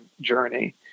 journey